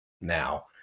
now